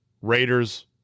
Raiders